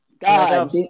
God